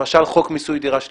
למשל, חוק מיסוי דירה שלישית,